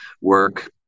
work